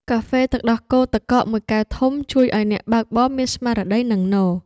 កាហ្វេទឹកដោះគោទឹកកកមួយកែវធំជួយឱ្យអ្នកបើកបរមានស្មារតីនឹងនរ។